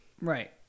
Right